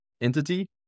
entity